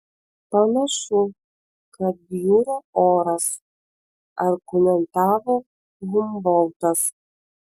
panašu kad bjūra oras argumentavo humboltas